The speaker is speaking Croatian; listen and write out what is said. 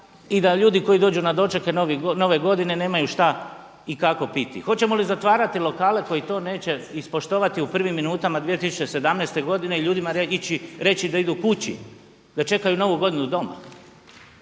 i da ljudi koji dođu na doček Nove godine nemaju šta i kako piti. Hoćemo li zatvarati lokale koji to neće ispoštovati u prvim minutama 2017. godine i ljudima ići reći da idu kući, da čekaju Novu godinu doma?